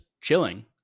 chilling